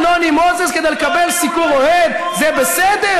נוני הוא לא איש ציבור, הוא לא מעניין אותי.